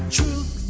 Truth